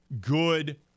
Good